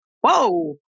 whoa